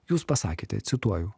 jūs pasakėte cituoju